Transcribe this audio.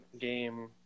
game